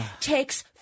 takes